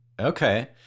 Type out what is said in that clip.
Okay